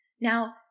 Now